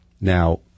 Now